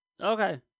Okay